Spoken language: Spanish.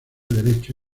derecho